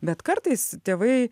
bet kartais tėvai